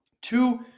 Two